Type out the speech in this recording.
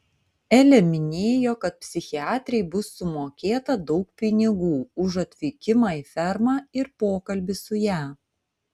elė minėjo kad psichiatrei bus sumokėta daug pinigų už atvykimą į fermą ir pokalbį su ja